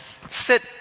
sit